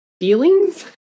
feelings